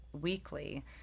weekly